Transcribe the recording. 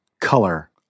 color